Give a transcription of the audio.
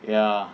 ya